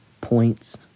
points